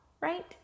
right